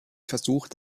versucht